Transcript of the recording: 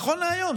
נכון להיום,